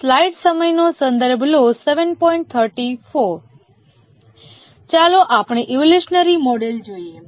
ચાલો આપણે evolutionary model જોઈએ